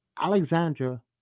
Alexandra